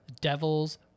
devils